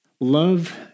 love